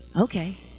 Okay